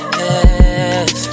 yes